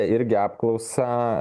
irgi apklausą